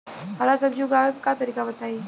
हरा सब्जी उगाव का तरीका बताई?